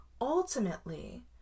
ultimately